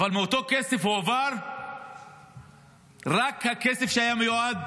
אבל מאותו כסף הועבר רק הכסף שהיה מיועד